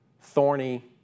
thorny